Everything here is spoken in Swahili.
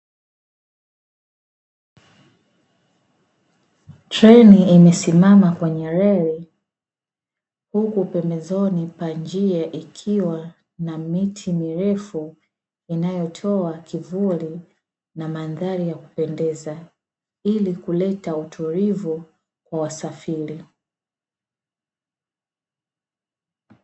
Treni imesimama kwenye reli, huku pembezoni pa njia ikiwa na miti mirefu inayotoa kivuli na mandhari ya kupendeza, ili kuleta utulivu kwa wasafiri.